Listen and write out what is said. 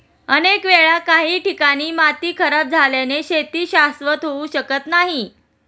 अनेक वेळा काही ठिकाणी माती खराब झाल्याने शेती शाश्वत होऊ शकत नाही